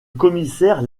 commissaire